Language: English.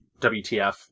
wtf